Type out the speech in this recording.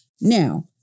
Now